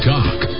Talk